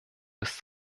bis